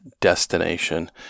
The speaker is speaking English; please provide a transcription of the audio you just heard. destination